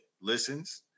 listens